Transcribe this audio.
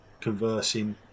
conversing